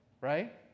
right